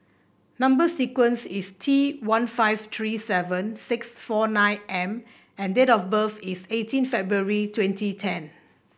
number sequence is T one five three seven six four nine M and date of birth is eighteen February twenty ten